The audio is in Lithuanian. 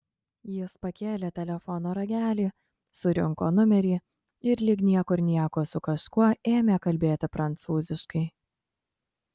jis pakėlė telefono ragelį surinko numerį ir lyg niekur nieko su kažkuo ėmė kalbėti prancūziškai